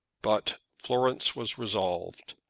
but florence was resolved,